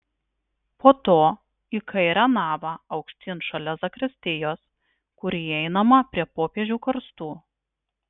po to į kairę navą aukštyn šalia zakristijos kur įeinama prie popiežių karstų